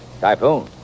Typhoon